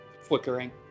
flickering